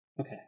Okay